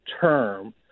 term